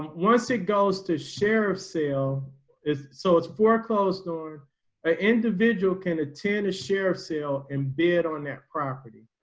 once it goes to sheriff sale is so it's foreclosed on an individual can attend a sheriff sale and bid on that property.